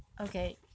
Okay